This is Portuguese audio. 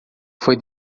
foi